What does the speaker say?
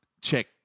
check